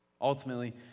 Ultimately